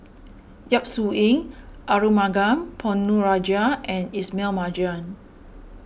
Yap Su Yin Arumugam Ponnu Rajah and Ismail Marjan